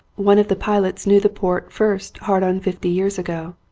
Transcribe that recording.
one of the pilots knew the port first hard on fifty years ago.